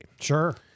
Sure